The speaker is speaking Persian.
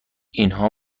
اینها